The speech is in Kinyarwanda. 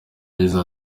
yagize